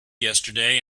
yesterday